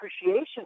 appreciation